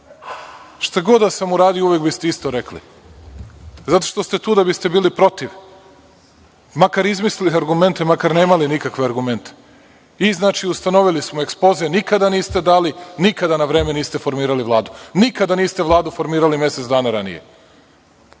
god da sam uradio uvek biste isto rekli. Zato što ste tu da biste bili protiv, makar izmislili argumente, makar nemali nikakve argumente. I, znači, ustanovili smo – ekspoze nikada niste dali, nikada na vreme niste formirali Vladu. Nikada niste Vladu formirali mesec dana ranije.